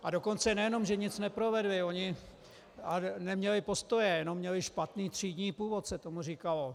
A dokonce že oni nic neprovedli, oni neměli postoje, jenom měli špatný třídní původ, se tomu říkalo.